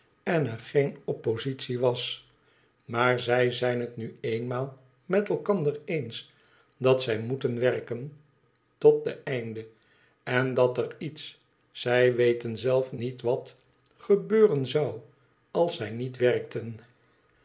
en er geen oppositie was maar zij zijn het nu eenmaal met elkander eens dat zij moeten werken tot den einde en dat er iets zij weten zelf niet wat gebeuren zou als zij niet werkten